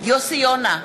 יוסי יונה,